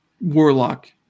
Warlock